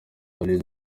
ozil